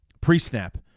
pre-snap